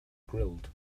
grilled